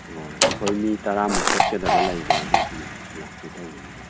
ꯑꯣ ꯑꯩꯈꯣꯏ ꯃꯤ ꯇꯔꯥꯃꯨꯛ ꯆꯠꯀꯗꯕ ꯂꯩꯕ ꯑꯗꯨꯒꯤ ꯂꯥꯛꯀꯦ ꯇꯧꯕꯅꯤꯗ